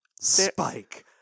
Spike